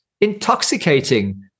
intoxicating